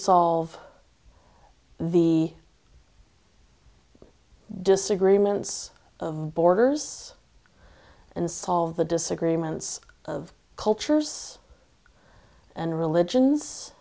solve the disagreements borders and solve the disagreements of cultures and religions